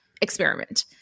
experiment